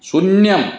शून्यम्